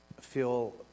feel